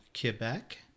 quebec